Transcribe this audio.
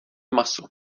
maso